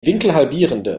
winkelhalbierende